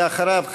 ואחריו,